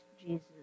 Jesus